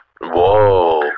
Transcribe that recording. Whoa